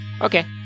Okay